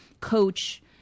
coach